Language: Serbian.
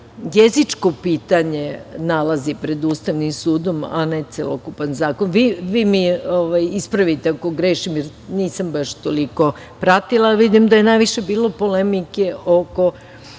jezičko pitanje nalazi pred Ustavnim sud, a ne celokupan zakon. Vi me ispravite ako grešim, jer nisam baš toliko pratila, vidim da je najviše bilo polemike oko